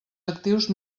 actius